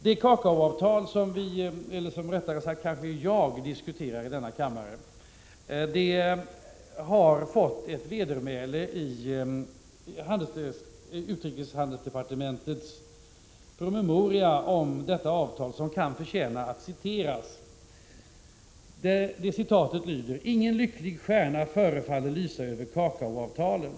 Det kakaoavtal som jag diskuterar i denna kammare har fått ett vedermäle i en promemoria från utrikesdepartementet, som kan förtjäna att citeras: ”Ingen lycklig stjärna förefaller lysa över kakaoavtalen.